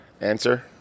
answer